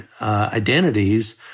identities